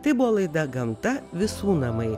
tai buvo laida gamta visų namai